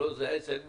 לא עסק,